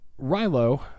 Rilo